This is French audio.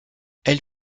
elle